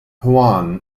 juan